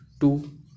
two